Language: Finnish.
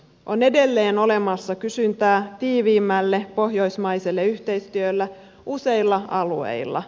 on edelleen olemassa kysyntää tiiviimmälle pohjoismaiselle yhteistyölle useilla alueilla